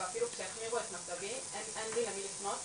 ואפילו כשהחמירו את מצבי אין לי למי לפנות.